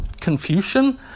Confucian